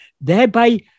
thereby